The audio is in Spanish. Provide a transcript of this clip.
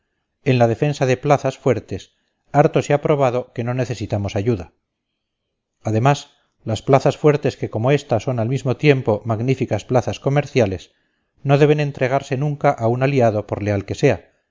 en la defensa de plazas fuertes harto se ha probado que no necesitamos ayuda además las plazas fuertes que como esta son al mismo tiempo magníficas plazas comerciales no deben entregarse nunca a un aliado por leal que sea